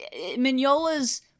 Mignola's